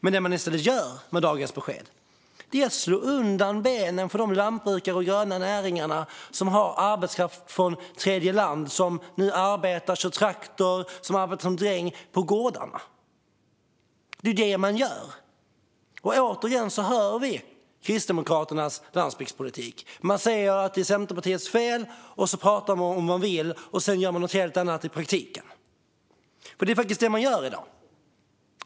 Det man i stället gör med dagens besked är att slå undan benen för lantbrukare och gröna näringar med arbetskraft från tredjeland som nu kör traktor eller arbetar som drängar på gårdarna. Återigen hör vi Kristdemokraternas landsbygdspolitik. Man säger att det är Centerpartiets fel, och så pratar man om vad man vill. Men sedan gör man något helt annat i praktiken. Det är faktiskt det man gör i dag.